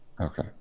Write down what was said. Okay